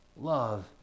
love